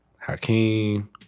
Hakeem